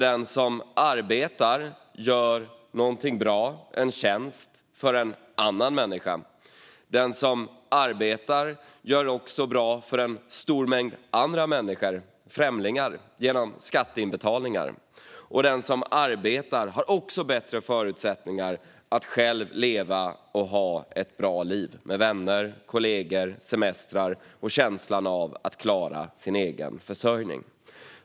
Den som arbetar gör något bra, en tjänst, för en annan människa. Den som arbetar gör också något bra för en stor mängd andra människor - främlingar - genom skatteinbetalningar. Den som arbetar har också bättre förutsättningar att själv leva och ha ett bra liv med vänner, kollegor, semestrar och känslan av att klara sin egen försörjning.